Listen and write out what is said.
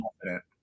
confident